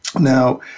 Now